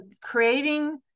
creating